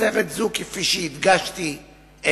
מסכת זו, כפי שהדגשתי אמש,